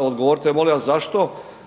Odgovorite molim vas zašto